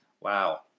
Wow